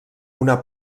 una